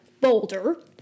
boulder